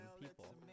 people